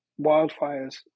wildfires